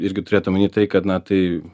irgi turėt omeny tai kad na tai